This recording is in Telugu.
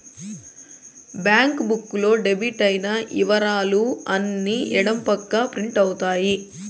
బ్యాంక్ బుక్ లో డెబిట్ అయిన ఇవరాలు అన్ని ఎడం పక్క ప్రింట్ అవుతాయి